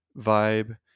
vibe